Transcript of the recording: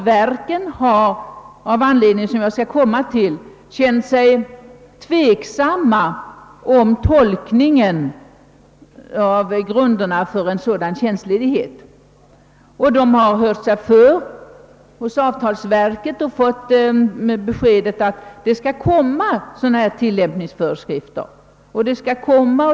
Verken har av anledning som jag skall återkomma till ställt sig tveksamma till tolkningen av grunderna för studietjänstledighet. De har hört sig för hos avtalsverket och fått beskedet att tillämpningsföreskrifter skall komma.